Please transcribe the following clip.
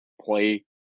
play